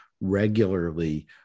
regularly